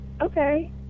okay